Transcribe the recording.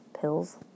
pills